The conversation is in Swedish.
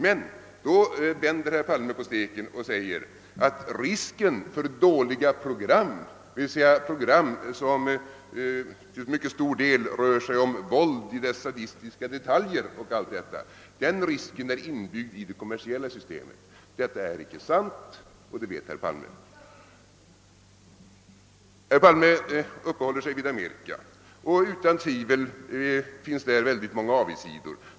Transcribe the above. Men då vänder herr Palme på steken och säger att risken för dåliga program, som till mycket stor del handlar om våld med sadistiska detaljer, är inbyggd i det kommersiella systemet. Det är inte sant, och det vet herr Palme. Herr Palme uppehåller sig vid Amerika, och utan tvivel finns där många avigsidor.